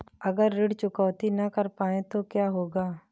अगर ऋण चुकौती न कर पाए तो क्या होगा?